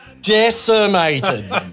decimated